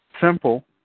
simple